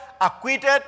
acquitted